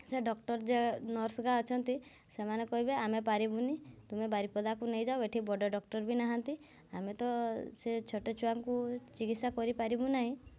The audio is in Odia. ସେ ଡକ୍ଟର୍ ଯେ ନର୍ସ୍ ଅଛନ୍ତି ସେମାନେ କହିବେ ଆମେ ପାରିବୁନି ତୁମେ ବାରିପଦାକୁ ନେଇଯାଅ ଏଠି ବଡ଼ ଡକ୍ଟର୍ ବି ନାହାନ୍ତି ଆମେ ତ ସେ ଛୋଟ ଛୁଆଙ୍କୁ ଚିକିତ୍ସା କରି ପାରିବୁ ନାହିଁ